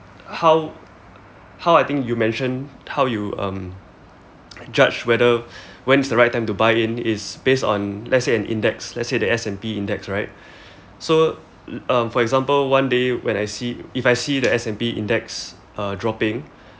how how I think you mentioned how you um judge whether when is the right time to buy in is based on let's say an index let's say the S_&_P index right so um for example one day when I see if I see the S_&_P index uh dropping